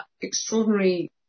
extraordinary